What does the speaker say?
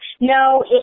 No